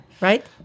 Right